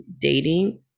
dating